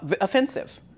Offensive